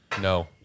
No